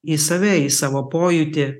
į save į savo pojūtį